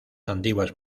antiguas